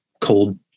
cold